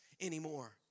anymore